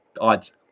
odds